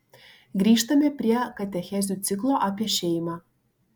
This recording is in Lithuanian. grįžtame prie katechezių ciklo apie šeimą